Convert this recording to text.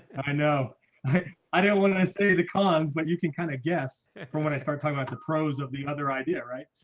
and i know i don't want to say the cons but you can kind of guess from when i started talking about the pros of the other idea, right?